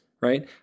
right